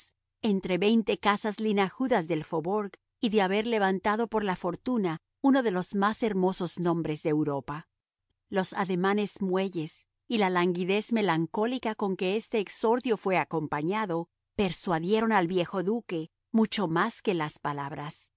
entre veinte casas linajudas del faubourg y de haber levantado por la fortuna uno de los más hermosos nombres de europa los ademanes muelles y la languidez melancólica con que este exordio fue acompañado persuadieron al viejo duque mucho más que las palabras